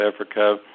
Africa